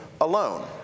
alone